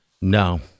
No